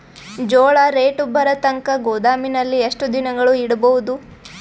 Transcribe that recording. ಜೋಳ ರೇಟು ಬರತಂಕ ಗೋದಾಮಿನಲ್ಲಿ ಎಷ್ಟು ದಿನಗಳು ಯಿಡಬಹುದು?